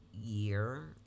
year